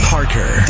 Parker